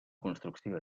construcció